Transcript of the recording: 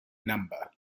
number